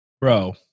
Bro